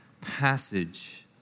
passage